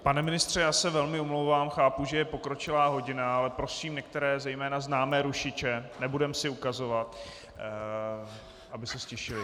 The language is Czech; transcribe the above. Pane ministře, já se velmi omlouvám, chápu, že je pokročilá hodina, ale prosím některé, zejména známé rušiče, nebudeme si ukazovat, aby se ztišili.